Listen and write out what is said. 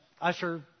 usher